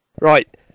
Right